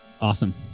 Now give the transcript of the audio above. Awesome